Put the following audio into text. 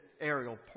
aerial